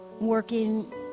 working